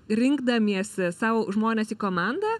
rinkdamiesi sau žmones į komandą